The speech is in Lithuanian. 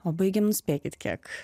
o baigėm nu spėkit kiek